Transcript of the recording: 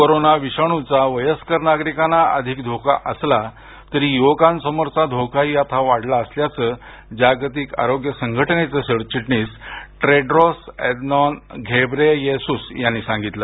corona विषाणूचा वयस्कर नागरिकांना अधिक धोका असला तरी युवकांसमोरचा धोकाही आता वाढला असल्याचं जागतिक आरोग्य संघटनेचे सरचिटणीस टेड्रोस अदनॉन घेब्रेयेस्स यांनी सांगितलं